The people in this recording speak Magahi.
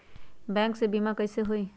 बैंक से बिमा कईसे होई?